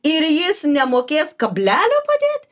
ir jis nemokės kablelio padėt